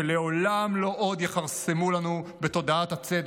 שלעולם לא עוד יכרסמו לנו בתודעת הצדק.